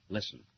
Listen